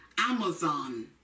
Amazon